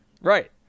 Right